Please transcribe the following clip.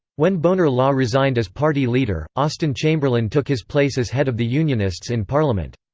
when bonar law resigned as party leader, austen chamberlain took his place as head of the unionists in parliament.